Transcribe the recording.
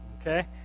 okay